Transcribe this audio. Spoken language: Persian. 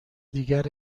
دیگر